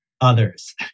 Others